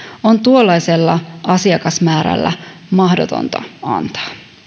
on tuollaisella asiakasmäärällä mahdotonta antaa